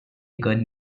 good